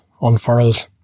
unfurls